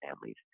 families